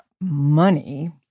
money